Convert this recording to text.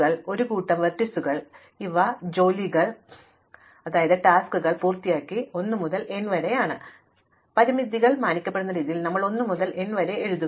അതിനാൽ പൊതുവേ നമുക്ക് ഒരു കൂട്ടം ലംബങ്ങൾ നൽകുന്നു ഇവ നമ്മുടെ ജോലികൾ അമൂർത്തമായി 1 മുതൽ n വരെയാണ് മാത്രമല്ല നമ്മൾ വായിക്കാൻ ആഗ്രഹിക്കുന്നു പരിമിതികൾ മാനിക്കപ്പെടുന്ന രീതിയിൽ ഞങ്ങളുടെ 1 മുതൽ n വരെ എഴുതുക